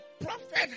prophet